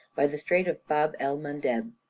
by the strait of bab-el-mandeb,